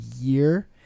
year